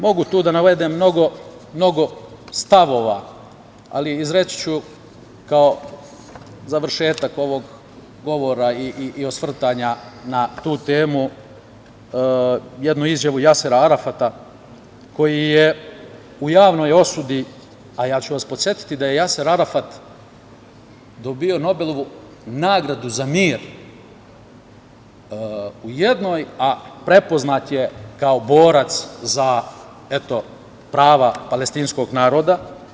Mogu tu da navedem mnogo stavova, ali izreći ću kao završetak ovog govora i osvrtanja na tu temu, jednu izjavu Jasera Arafata, koji je u javnoj osudi, a podsetiću vas da je Jaser Arafat dobio Nobelovu nagradu za mir u jednoj, a prepoznat je kao borac za prava palestinskog naroda.